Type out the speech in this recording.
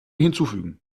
hinzufügen